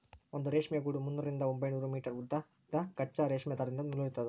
ಒಂದು ರೇಷ್ಮೆ ಗೂಡು ಮುನ್ನೂರರಿಂದ ಒಂಬೈನೂರು ಮೀಟರ್ ಉದ್ದದ ಕಚ್ಚಾ ರೇಷ್ಮೆ ದಾರದಿಂದ ನೂಲಿರ್ತದ